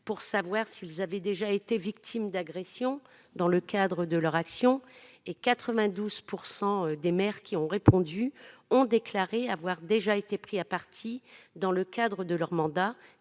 pour savoir si ceux-ci avaient déjà été victimes d'agressions dans le cadre de leur action. Quelque 92 % des maires ayant répondu ont déclaré avoir déjà été pris à partie dans le cadre de leur mandat